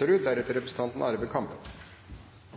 Trontalen er